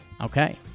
Okay